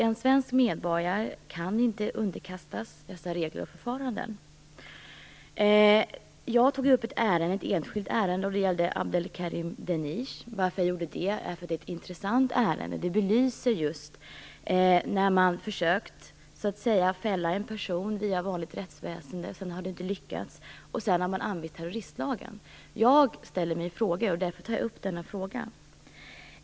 En svensk medborgare kan inte underkastas dessa regler och förfaranden. Jag tog upp ett enskilt ärende som gällde Abdelkerim Deneche. Det gjorde jag därför att det är ett intressant ärende, som belyser just detta när man först försöker fälla en person via vanligt rättsväsende och när det inte lyckas använder terroristlagen. Jag ställer mig frågor, och därför tar jag upp denna fråga.